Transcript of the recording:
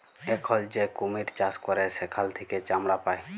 এখল যে কুমির চাষ ক্যরে সেখাল থেক্যে চামড়া পায়